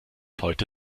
heute